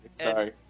Sorry